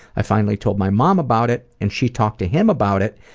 i finally told my mom about it, and she talked to him about it.